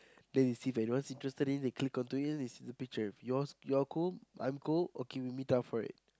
then they see if anyone's interested in they click onto it then they see the picture if yours you're cool I'm cool okay we meet up for it